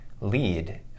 lead